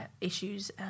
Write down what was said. issues